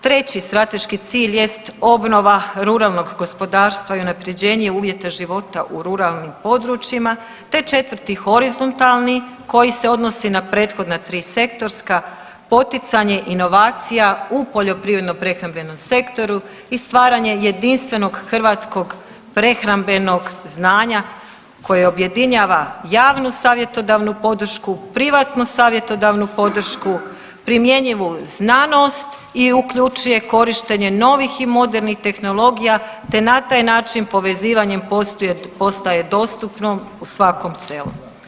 Treći strateški cilj jest obnova ruralnog gospodarstva i unapređenje uvjeta života u ruralnim područjima te četvrti horizontalni koji se odnosi na prethodna tri sektorska poticanje inovacija u poljoprivredno prehrambenom sektoru i stvaranje jedinstvenog hrvatskog prehrambenog znanja koje objedinjava javnu savjetodavnu podršku, privatnu savjetodavnu podršku, primjenjivu znanost i uključuje korištenje novih i modernih tehnologija te na taj način povezivanjem postaje dostupno u svakom selu.